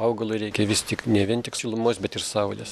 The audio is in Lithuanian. augalui reikia vis tik ne vien tik šilumos bet ir saulės